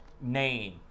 name